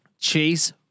Chase